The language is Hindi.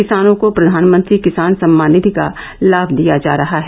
किसानों को प्रधानमंत्री किसान सम्मान निधि का लाभ दिया जा रहा है